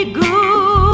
good